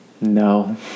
No